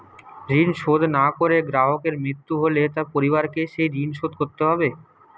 ঋণ শোধ না করে গ্রাহকের মৃত্যু হলে তার পরিবারকে সেই ঋণ শোধ করতে হবে?